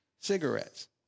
cigarettes